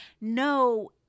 No